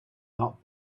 not